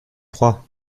froid